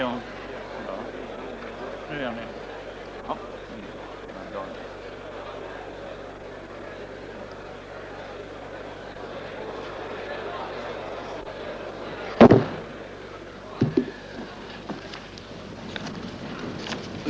Ärade kammarledamöter!